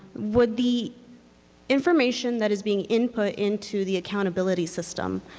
would the information that is being input into the accountability system,